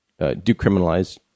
decriminalize